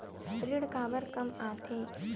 ऋण काबर कम आथे?